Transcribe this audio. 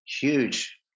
huge